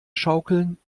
schaukeln